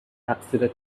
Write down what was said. تقصیر